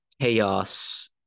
chaos